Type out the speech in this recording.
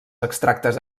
extractes